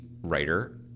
writer